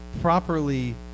properly